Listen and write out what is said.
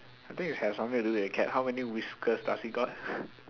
I think it has something to do with the cat how many whiskers does it got